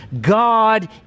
God